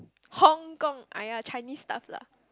Hong-Kong !aiya! Chinese stuff lah